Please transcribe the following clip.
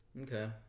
Okay